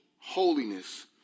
holiness